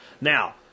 Now